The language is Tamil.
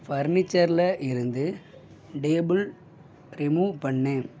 ஃபர்னிச்சரில் இருந்து டேபிள் ரிமூவ் பண்ணு